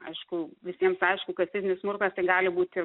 aišku visiems aišku kad fizinis smurtas tai gali būti